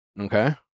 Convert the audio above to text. Okay